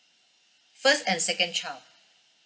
first and second child